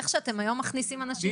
איך שאתם היום מכניסים אנשים,